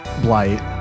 blight